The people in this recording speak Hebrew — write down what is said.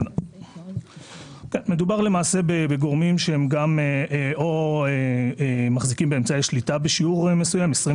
מדובר בגורמים שמחזיקים באמצעי שליטה בשיעור מסוים בגוף המוסדי,